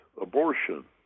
abortion